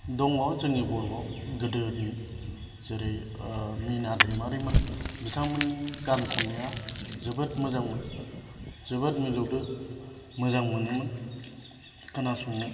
दङ जोंनि बर'आव गोदोनि जेरै मिना दैमारिमोन बिथांमोननि गान खननाया जोबोद मोजांमोन जोबोद मिलौदो मोजां मोनोमोन खोनासंनो